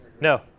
No